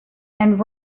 and